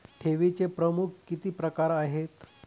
ठेवीचे प्रमुख किती प्रकार आहेत?